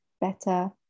Better